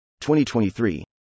2023